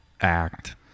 act